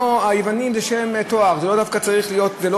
היוונים זה שם תואר, זה לא דווקא של אז.